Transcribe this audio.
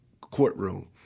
courtroom